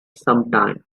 sometimes